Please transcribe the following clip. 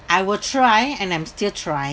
I will try and I'm still trying